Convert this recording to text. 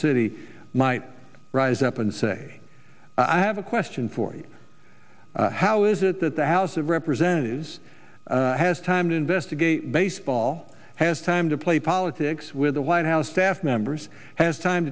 city might rise up and say i have a question for you how is it that the house of representatives has time to investigate baseball has time to play politics with the white house staff members has time